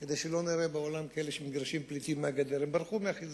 כמו שהם מטופלים במינהלת